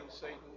Satan